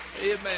Amen